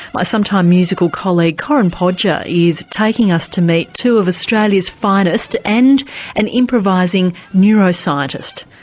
my sometime musical colleague corinne podger is taking us to meet two of australia's finest, and an improvising neuroscientist,